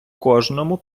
кожному